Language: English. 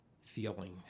feeling